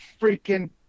freaking